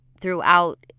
Throughout